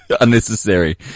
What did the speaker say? Unnecessary